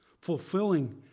fulfilling